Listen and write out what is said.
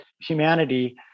humanity